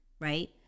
right